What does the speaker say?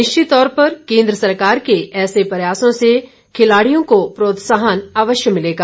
निश्चित तौर पर केंद्र सरकार के ऐसे प्रयासों से खिलाड़ियों को प्रोत्साहन अवश्य मिलेगा